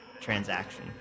transaction